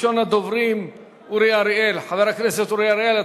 ראשון הדוברים, חבר הכנסת אורי אריאל.